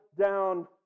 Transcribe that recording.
down